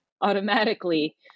automatically